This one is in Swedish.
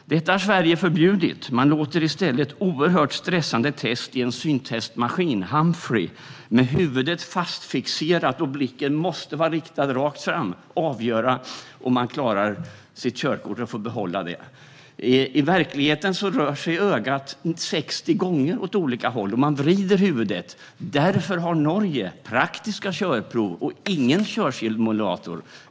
Detta har Sverige förbjudit. Man låter i stället oerhört stressande test i en syntestmaskin, Humphrey - där man har huvudet fastfixerat och blicken måste vara riktad rakt fram - avgöra om man får behålla sitt körkort. I verkligheten rör sig ögat 60 gånger per sekund åt olika håll, och man vrider huvudet. Därför har Norge praktiska körprov och ingen körsimulator.